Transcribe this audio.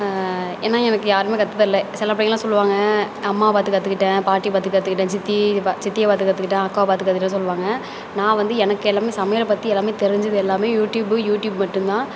ஏன்னால் எனக்கு யாருமே கற்று தரல சில பிள்ளைங்களாம் சொல்வாங்க அம்மா பார்த்து கற்றுக்கிட்டேன் பாட்டி பார்த்து கற்றுக்கிட்டேன் சித்தி பா சித்தியை பார்த்து கற்றுக்கிட்டேன் அக்காவை பார்த்து கற்றுக்கிட்டேனு சொல்லுவாங்க நான் வந்து எனக்கு எல்லாமே சமையலை பற்றி எல்லாமே தெரிஞ்சது எல்லாமே யூடியூப்பு யூடியூப் மட்டும்தான்